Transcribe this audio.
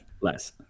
Less